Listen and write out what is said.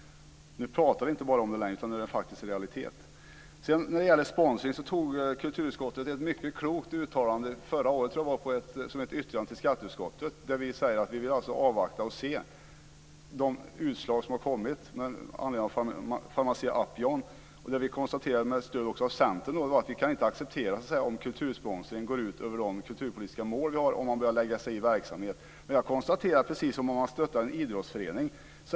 Nu pratar vi inte om det längre utan nu är det en realitet. Sedan var det sponsringen. Kulturutskottet gjorde ett klokt uttalande förra året i form av ett yttrande till skatteutskottet. Där framgick att utskottet ville avvakta och se de utslag som skulle komma avseende Pharmacia & Upjohn. Vi konstaterade, med stöd av Centern, att vi inte kan acceptera om kultursponsring går ut över de kulturpolitiska målen. Jag konstaterar att det är precis som när man stöttar en idrottsförening.